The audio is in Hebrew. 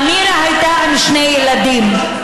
אמירה הייתה עם שני ילדים,